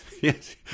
Yes